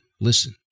listen